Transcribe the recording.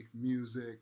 music